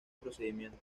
procedimiento